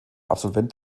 absolvent